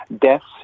deaths